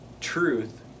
truth